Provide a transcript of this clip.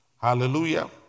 Hallelujah